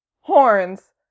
horns